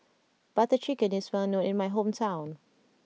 Butter Chicken is well known in my hometown